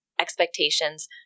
expectations